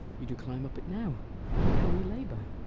you do climb up it now look, how we labour.